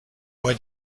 where